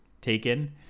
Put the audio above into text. taken